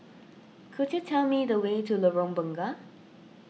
could you tell me the way to Lorong Bunga